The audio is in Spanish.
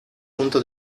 punto